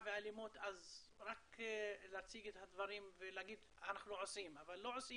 ואלימות אז רק להציג את הדברים ולהגיד: אנחנו עושים,